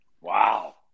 Wow